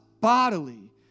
bodily